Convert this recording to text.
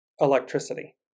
electricity